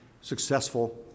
successful